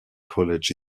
college